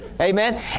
amen